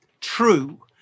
true